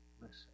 Listen